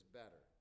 better